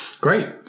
Great